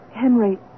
Henry